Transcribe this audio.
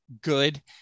good